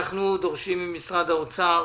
דורשים ממשרד האוצר